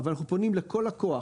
אנחנו פונים לכל לקוח